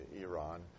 Iran